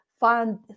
Find